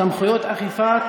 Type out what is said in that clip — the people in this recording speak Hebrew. (סמכויות אכיפה,